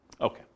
Okay